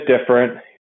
different